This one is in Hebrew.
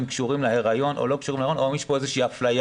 קשורים להיריון או לא קשורים להיריון או האם יש כאן איזושהי אפליה.